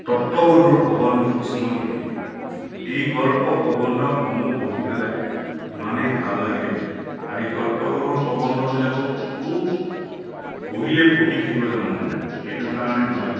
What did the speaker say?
তত্ব গধুৰ প্ৰবন্ধ কিছুমানো দিয়ে এই গল্প প্ৰবন্ধসমূহ পঢ়ি পেলাই ইমানেই ভাল লাগে আৰু এই তত্বগধুৰ প্ৰবন্ধবিলাকো খুব পঢ়িলে পঢ়ি থাকিব মন যায় সেইটো কাৰণে মই